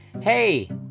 hey